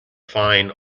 fine